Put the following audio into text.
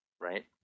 right